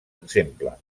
exemple